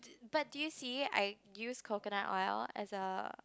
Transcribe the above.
but do you see I use coconut oil as a